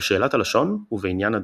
בשאלת הלשון ובעניין הדגל.